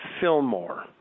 Fillmore